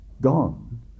gone